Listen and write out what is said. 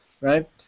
right